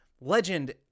legend